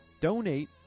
donate